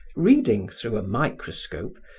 reading, through a microscope,